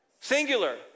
singular